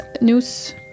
news